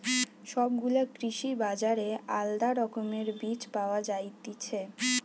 সব গুলা কৃষি বাজারে আলদা রকমের বীজ পায়া যায়তিছে